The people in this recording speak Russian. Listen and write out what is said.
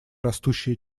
растущее